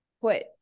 put